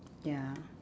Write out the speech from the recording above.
ya